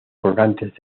colgantes